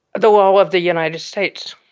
the law of the united states.